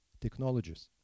technologies